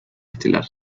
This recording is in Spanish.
estelar